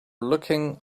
looking